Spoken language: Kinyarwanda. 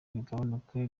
bigabanuke